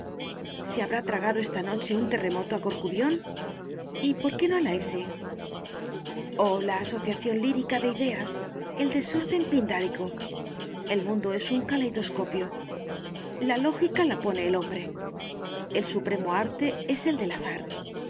se habrá tragado esta noche un terremoto a corcubión y por qué no a leipzig oh la asociación lírica de ideas el desorden pindárico el mundo es un caleidoscopio la lógica la pone el hombre el supremo arte es el del azar